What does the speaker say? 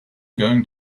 going